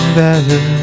better